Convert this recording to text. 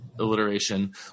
Alliteration